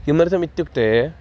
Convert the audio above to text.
किमर्थम् इत्युक्ते